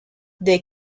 they